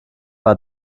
war